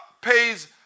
pays